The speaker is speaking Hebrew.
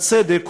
הצדק,